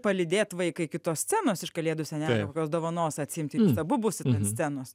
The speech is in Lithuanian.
palydėt vaiką iki tos scenos iš kalėdų senelio kokios dovanos atsiimti jūs abu būsit ant scenos